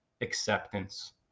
acceptance